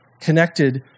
Connected